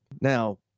now